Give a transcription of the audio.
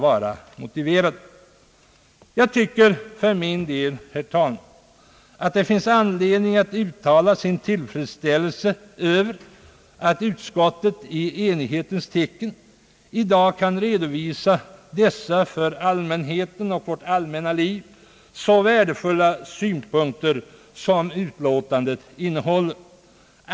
Det finns anledning, herr talman, att uttala tillfredsställelse över att utskottet i enighetens tecken kan redovisa dessa för allmänheten och vårt allmänna liv så värdefulla synpunkter som utlåtandet innehåller.